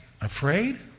afraid